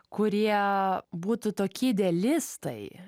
kurie būtų toki idealistai